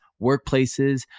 workplaces